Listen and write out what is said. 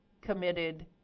committed